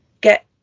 get